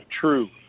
true